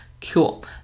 cool